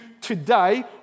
today